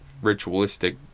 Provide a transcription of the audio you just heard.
Ritualistic